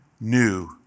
new